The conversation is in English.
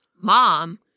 mom